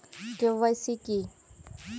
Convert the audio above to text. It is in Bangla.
কে.ওয়াই.সি কি?